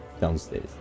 downstairs